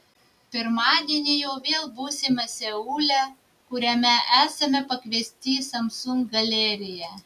pirmadienį jau vėl būsime seule kuriame esame pakviesti į samsung galeriją